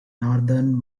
northern